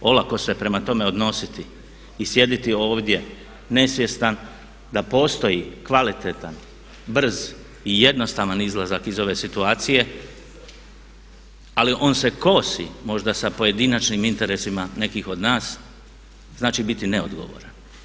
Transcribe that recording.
Olako se prema tome odnositi i sjediti ovdje nesvjestan da postoji kvalitetan, brz i jednostavan izlazak iz ove situacije ali on se kosi možda sa pojedinačnim interesima nekih od nas, znači biti neodgovoran.